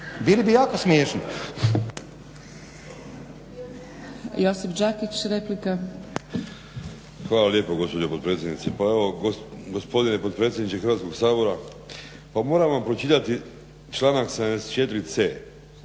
Bili bi jako smiješni.